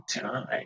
time